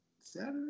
Saturday